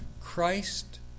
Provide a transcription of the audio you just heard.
Christ